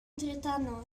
drydanwr